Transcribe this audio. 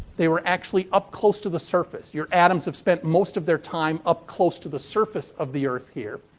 they were actually up close to the surface. your atoms have spent most of their time up close to the surface of the earth here.